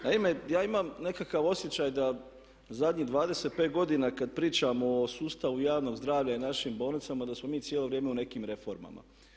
Naime, ja imam nekakav osjećaj da zadnjih 25 godina kad pričamo o sustavu javnog zdravlja i našim bolnicama da smo mi cijelo vrijeme u nekim reformama.